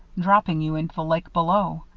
dropping you into the lake below.